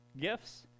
gifts